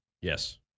Yes